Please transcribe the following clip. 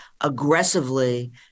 aggressively